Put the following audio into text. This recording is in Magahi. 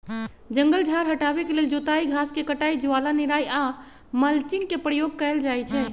जङगल झार हटाबे के लेल जोताई, घास के कटाई, ज्वाला निराई आऽ मल्चिंग के प्रयोग कएल जाइ छइ